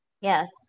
Yes